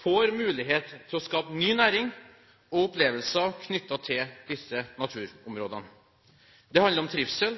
får mulighet til å skape ny næring og opplevelser knyttet til disse naturområdene. Det handler om trivsel,